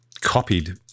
copied